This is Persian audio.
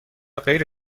غیر